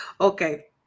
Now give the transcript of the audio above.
Okay